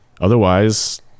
otherwise